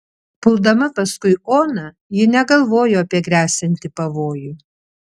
puldama paskui oną ji negalvojo apie gresiantį pavojų